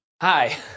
Hi